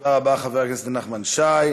תודה רבה לחבר הכנסת נחמן שי.